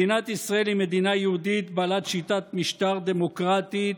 מדינת ישראל היא מדינה יהודית בעלת שיטת משטר דמוקרטי,